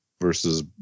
versus